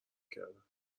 کردم